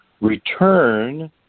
return